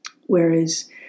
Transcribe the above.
Whereas